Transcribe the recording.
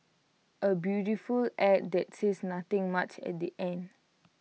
A beautiful Ad that says nothing much at the end